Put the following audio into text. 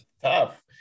tough